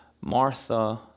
Martha